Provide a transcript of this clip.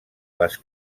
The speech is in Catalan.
les